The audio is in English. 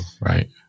right